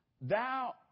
thou